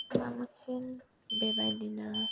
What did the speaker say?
बांसिन बेबायदिनो